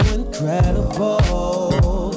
incredible